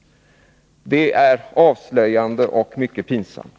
Det är avslöjande och mycket pinsamt.